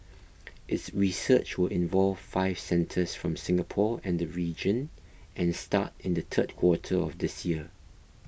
its research will involve five centres from Singapore and the region and start in the third quarter of this year